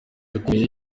ikomeye